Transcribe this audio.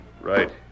Right